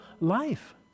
life